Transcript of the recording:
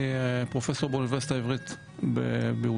אני פרופסור באוניברסיטה העברית בירושלים,